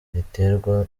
riterwa